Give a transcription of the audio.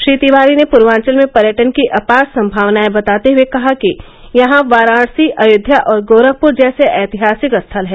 श्री तिवारी ने पूर्वांचल में पर्यटन की अपार संभावनाएं बताते हुए कहा कि यहां वाराणसी अयोध्या और गोरखपुर जैसे ऐतिहासिक स्थल हैं